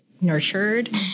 nurtured